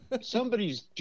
somebody's